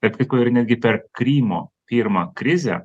bet kai kur ir netgi per krymo pirmą krizę